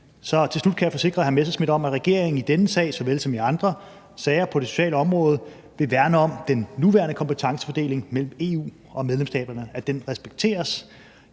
hr. Morten Messerschmidt om, at regeringen i denne sag såvel som i andre sager på det sociale område vil værne om den nuværende kompetencefordeling mellem EU og medlemsstaterne, altså